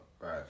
Right